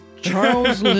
charles